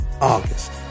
August